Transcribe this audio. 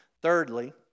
Thirdly